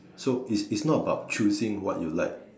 so is it's not about choosing what you like